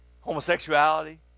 homosexuality